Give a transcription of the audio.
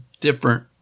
different